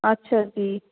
ਅੱਛਾ ਜੀ